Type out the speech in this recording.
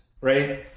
right